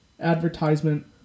advertisement